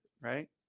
right